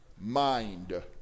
mind